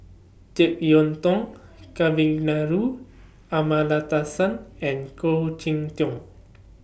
Jek Yeun Thong Kavignareru Amallathasan and Khoo Cheng Tiong